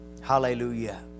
Hallelujah